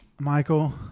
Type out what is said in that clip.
Michael